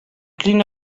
clean